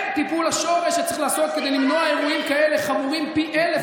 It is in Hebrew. זה טיפול השורש שצריך לעשות כדי למנוע אירועים כאלה חמורים פי אלף,